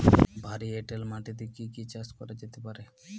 ভারী এঁটেল মাটিতে কি কি চাষ করা যেতে পারে?